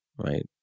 right